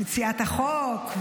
מציעת החוק,